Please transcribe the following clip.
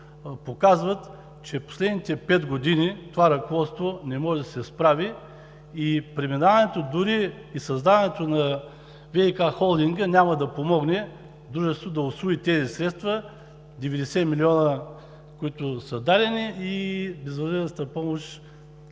показват, че последните пет години това ръководство не може да се справи и дори преминаването и създаването на ВиК холдинга няма да помогне Дружеството да усвои тези средства – 90 милиона, които са дадени и да може